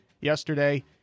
yesterday